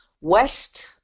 West